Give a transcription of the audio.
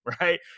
Right